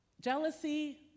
Jealousy